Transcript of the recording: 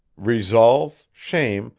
resolve, shame,